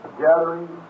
gathering